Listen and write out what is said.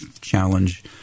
challenge